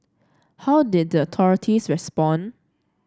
how did the authorities respond